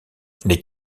les